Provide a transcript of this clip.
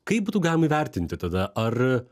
kaip būtų galima įvertinti tada ar